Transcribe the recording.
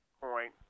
point